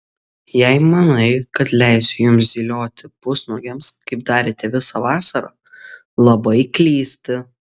jei manai kad leisiu jums zylioti pusnuogiams kaip darėte visą vasarą labai klysti